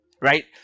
right